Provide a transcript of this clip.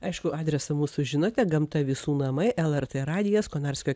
aišku adresą mūsų žinote gamta visų namai lrt radijas konarskio